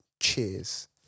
cheers